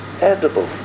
edible